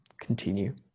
Continue